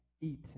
eaten